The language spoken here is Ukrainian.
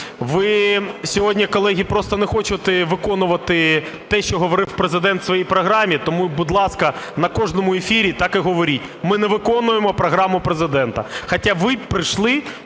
Ви сьогодні, колеги, просто не хочете виконувати те, що говорив Президент у своїй програмі. Тому, будь ласка, на кожному ефірі так і говоріть: "Ми не виконуємо програму Президента".